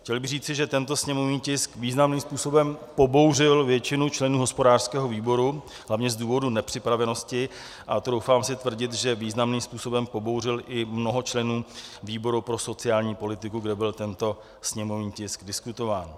Chtěl bych říci, že tento sněmovní tisk významným způsobem pobouřil většinu členů hospodářského výboru hlavně z důvodu nepřipravenosti, a troufám si tvrdit, že významným způsobem pobouřil i mnoho členů výboru pro sociální politiku, kde byl tento sněmovní tisk diskutován.